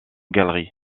galerie